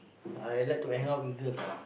I like to hang out with girl